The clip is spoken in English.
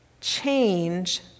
change